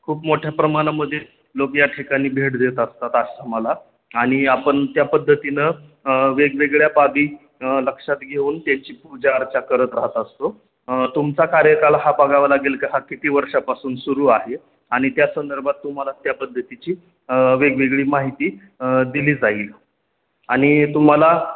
खूप मोठ्या प्रमाणामध्ये लोक या ठिकाणी भेट देत असतात आश्रमाला आणि आपण त्या पद्धतीनं वेगवेगळ्या बाबी लक्षात घेऊन त्याची पूजा अर्चा करत राहत असतो तुमचा कार्यकाल हा बघावा लागेल का हा किती वर्षापासून सुरू आहे आणि त्या संदर्भात तुम्हाला त्या पद्धतीची वेगवेगळी माहिती दिली जाईल आणि तुम्हाला